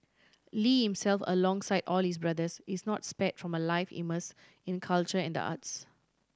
Lee himself alongside all his brothers is not spare from a life immerse in culture and the arts